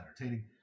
entertaining